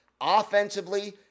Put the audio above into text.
Offensively